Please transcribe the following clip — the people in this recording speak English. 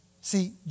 See